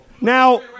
now